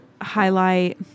highlight